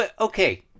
Okay